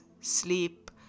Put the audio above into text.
sleep